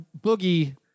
Boogie